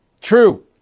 True